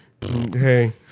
hey